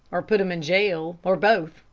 or put em in jail, or both.